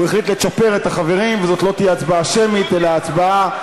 הוא החליט לצ'פר את החברים וזאת לא תהיה הצבעה שמית אלא הצבעה,